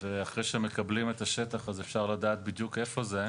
אז אחרי שמקבלים את השטח אפשר לדעת בדיוק איפה זה,